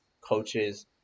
coaches